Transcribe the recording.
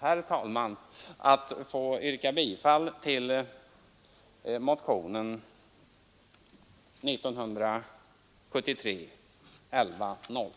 Herr talman! Jag ber att få yrka bifall till motionen 1105.